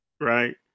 right